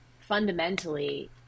fundamentally